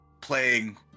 playing